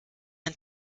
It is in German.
ein